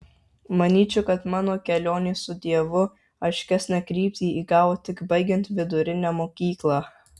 manyčiau kad mano kelionė su dievu aiškesnę kryptį įgavo tik baigiant vidurinę mokyklą